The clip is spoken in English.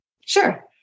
Sure